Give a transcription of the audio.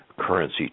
currency